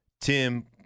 Tim